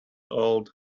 old